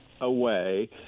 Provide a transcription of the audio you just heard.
away